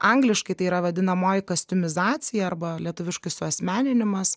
angliškai tai yra vadinamoji kastiumizacija arba lietuviškai suasmeninimas